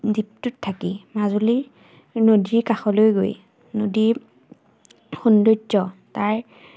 দ্বীপটোত থাকি মাজুলীৰ নদীৰ কাষলৈ গৈ নদীৰ সৌন্দৰ্য তাৰ